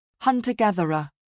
hunter-gatherer